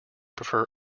prefer